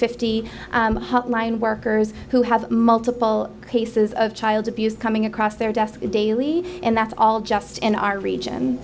line workers who have multiple cases of child abuse coming across their desk daily and that's all just in our region